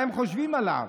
מה הם חושבים עליו.